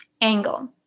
angle